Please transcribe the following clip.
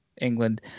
England